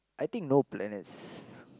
I think no planets